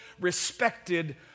respected